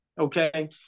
Okay